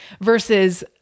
versus